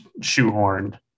shoehorned